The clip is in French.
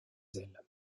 elle